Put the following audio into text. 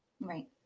right